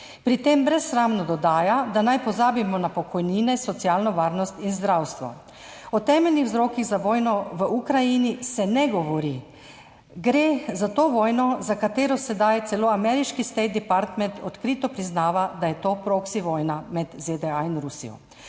Pri tem brezsramno dodaja, da naj pozabimo na pokojnine, socialno varnost in zdravstvo. O temeljnih vzrokih za vojno v Ukrajini se ne govori. Gre za vojno, za katero sedaj celo ameriški State Department odkrito priznava, da je to proxy vojna med ZDA in Rusijo.